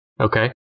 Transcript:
Okay